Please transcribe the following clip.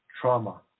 trauma